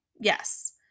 Yes